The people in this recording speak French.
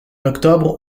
octobre